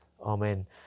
Amen